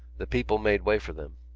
the people made way for them.